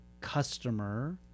customer